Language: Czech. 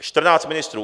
Čtrnáct ministrů.